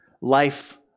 Life